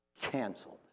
canceled